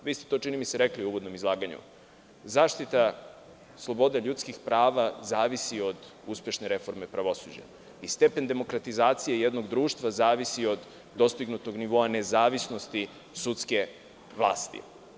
Čini mi se da ste to rekli u uvodnom izlaganju, sama zaštita slobode ljudskih prava zavisi od uspešne reforme pravosuđa i stepen demokratizacije jednog društva zavisi od dostignutog nivoa nezavisnosti sudske vlasti.